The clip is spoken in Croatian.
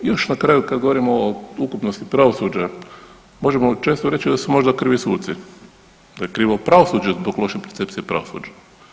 Još na kraju kad govorimo o ukupnosti pravosuđa možemo često reći da su možda krivi suci, da je krivo pravosuđe zbog loše percepcije pravosuđa.